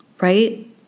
right